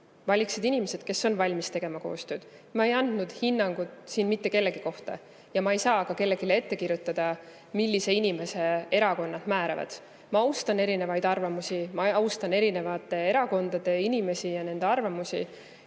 valiksid inimesed, kes on valmis tegema koostööd. Ma ei andnud hinnangut mitte kellegi kohta ja ma ei saa ka kellelegi ette kirjutada, millise inimese erakonnad määravad. Ma austan erinevaid arvamusi, ma austan erinevate erakondade inimesi ja nende arvamusi.